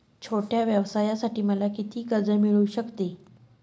छोट्या व्यवसायासाठी मला किती कर्ज मिळू शकते?